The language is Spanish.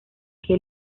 que